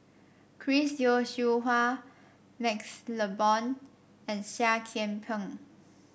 Chris Yeo Siew Hua MaxLe Blond and Seah Kian Peng